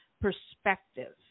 perspective